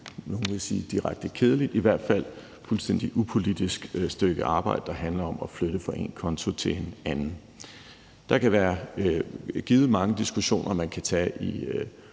nogle vil måske sige direkte kedeligt, men det er i hvert fald et fuldstændig upolitisk stykke arbejde, der handler om at flytte noget fra én konto til en anden. Der kan givet være mange diskussioner, man i